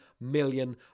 million